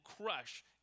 crush